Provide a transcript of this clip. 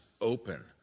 open